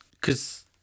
cause